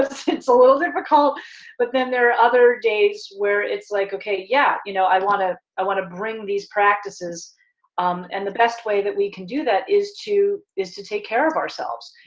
it's it's a little difficult but then there are other days where it's like okay yeah, you know i wanna i wanna bring these practices um and the best way that we can do that is to is to take care of ourselves.